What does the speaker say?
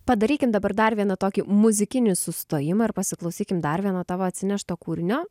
padarykim dabar dar vieną tokį muzikinį sustojimą ir pasiklausykim dar vieno tavo atsinešto kūrinio